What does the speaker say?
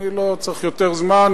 אני לא צריך יותר זמן,